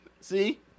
See